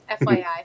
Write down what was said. FYI